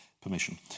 permission